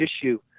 issue